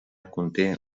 conté